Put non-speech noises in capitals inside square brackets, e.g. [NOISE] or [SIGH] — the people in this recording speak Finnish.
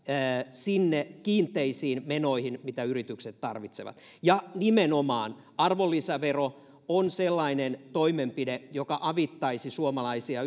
sinne kiinteisiin menoihin mitä yritykset tarvitsevat ja nimenomaan arvonlisävero on sellainen toimenpide joka avittaisi suomalaisia [UNINTELLIGIBLE]